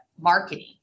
marketing